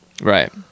Right